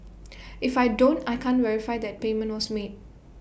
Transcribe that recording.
if I don't I can't verify that payment was made